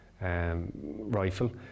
rifle